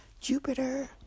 Jupiter